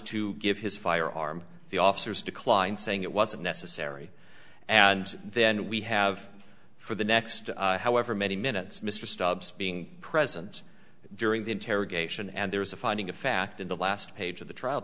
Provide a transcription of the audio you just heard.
to give his firearm the officers declined saying it wasn't necessary and then we have for the next however many minutes mr stubbs being present during the interrogation and there is a finding of fact in the last page of the trial